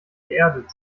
geerdet